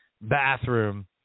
bathroom